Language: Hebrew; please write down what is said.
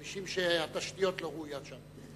כבישים שהתשתיות לא ראויות שם.